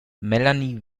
melanie